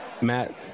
Matt